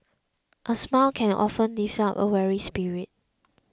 a smile can often lift up a weary spirit